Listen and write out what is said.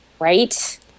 Right